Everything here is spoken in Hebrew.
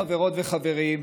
חברות וחברים,